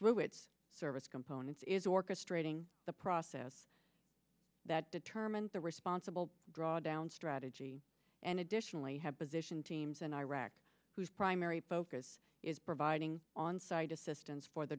its service components is orchestrating the process that determines the responsible drawdown strategy and additionally have positioned teams in iraq whose primary focus is providing on site assistance for the